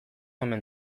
omen